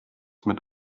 mit